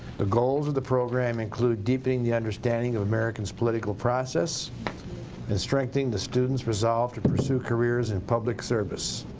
the goals of the program include deepening the understanding of america's political process and strengthening the student's resolve to pursue careers in public service.